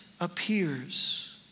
appears